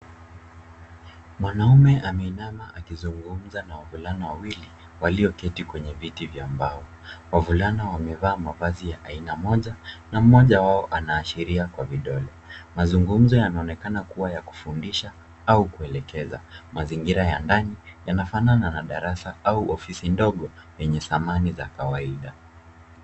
Mwanaume ameinama akizungumza na wavulana wawili walioketi kwenye viti vya mbao. Wavulana wamevaa mavazi ya aina moja na mmoja wao anaashiria kwa vidole. Mazungumzo yanaonekana kuwa ya kufundisha au kuelekeza. Mazingira ya ndani yanafanana na darasa au ofisi ndogo yenye samani za kawaida.